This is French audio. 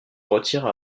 retire